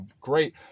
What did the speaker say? great